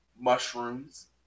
mushrooms